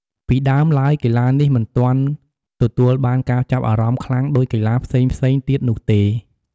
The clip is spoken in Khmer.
ពីដើមឡើយ កីឡានេះមិនទាន់ទទួលបានការចាប់អារម្មណ៍ខ្លាំងដូចកីឡាផ្សេងៗទៀតនោះទេ។